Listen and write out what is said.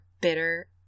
bitter